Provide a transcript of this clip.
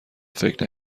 فکر